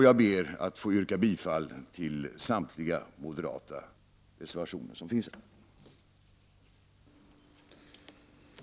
Jag ber att få yrka bifall till samtliga reservationer som moderata samlingspartiet står bakom.